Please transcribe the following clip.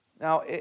now